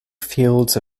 fields